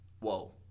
Whoa